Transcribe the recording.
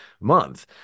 month